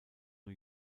new